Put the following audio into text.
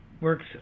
works